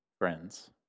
Friends